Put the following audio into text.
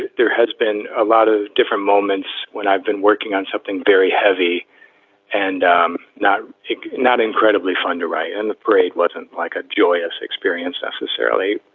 ah there has been a lot of different moments when i've been working on something very heavy and um not not incredibly fun to write. and the parade wasn't like a joyous experience necessarily.